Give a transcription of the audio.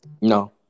No